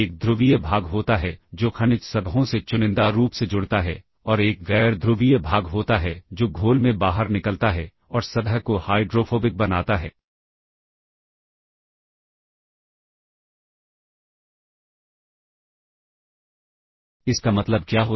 तो अगर हमारे पास कोई छोटा प्रोग्राम है और हम देखते हैं कि इस पुराण में बहुत सारी चीज एक समान है सिर्फ कुछ पैरामीटर रजिस्टेंस के अलग अलग हैं या ऐसा कुछ तो हम लोग क्या करेंगे